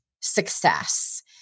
success